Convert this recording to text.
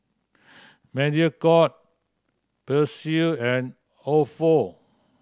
Mediacorp Persil and Ofo